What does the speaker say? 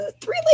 three